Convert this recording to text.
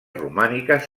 romàniques